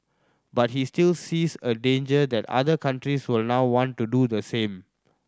but he still sees a danger that other countries will now want to do the same